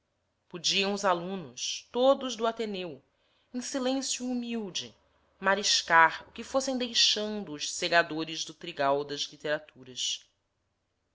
podiam os alunos todos do ateneu em silêncio humilde mariscar o que fossem deixando os segadores do trigal das literaturas